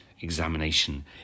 examination